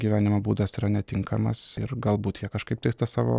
gyvenimo būdas yra netinkamas ir galbūt jie kažkaip tais tą savo